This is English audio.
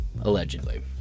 allegedly